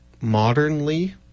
modernly